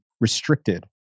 restricted